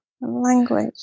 language